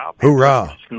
Hoorah